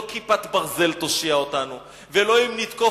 לא "כיפת ברזל" תושיע אותנו ולא אם נתקוף